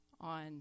on